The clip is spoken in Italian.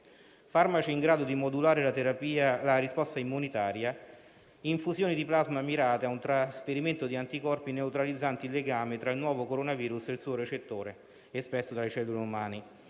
farmaci in grado di modulare la risposta immunitaria e infusioni di plasma mirate a un trasferimento di anticorpi neutralizzanti il legame tra il nuovo coronavirus e il suo recettore espresso dalle cellule umane.